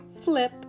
flip